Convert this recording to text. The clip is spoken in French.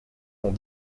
dont